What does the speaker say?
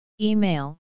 Email